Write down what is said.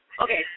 okay